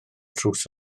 drws